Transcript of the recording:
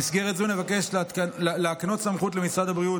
במסגרת זו נבקש להקנות סמכות למשרד הבריאות